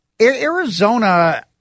Arizona